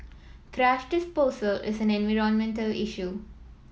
thrash disposal is an environmental issue